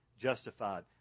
justified